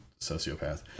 sociopath